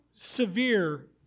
severe